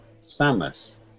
Samus